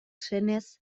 senez